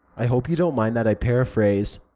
i hope you don't mind that i paraphrase.